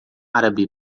árabe